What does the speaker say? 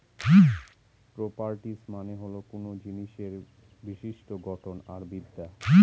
properties মানে হল কোনো জিনিসের বিশিষ্ট্য গঠন আর বিদ্যা